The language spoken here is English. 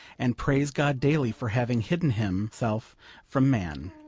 and praise god daily for having hidden himself from man.